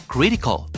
Critical